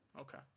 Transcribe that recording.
Okay